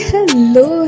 Hello